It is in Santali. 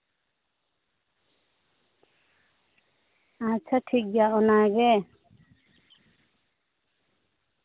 ᱟᱪᱪᱷᱟ ᱴᱷᱤᱠᱜᱮᱭᱟ ᱚᱱᱟᱜᱮ